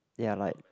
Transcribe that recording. ya like